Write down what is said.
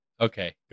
Okay